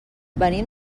venim